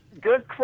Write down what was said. Good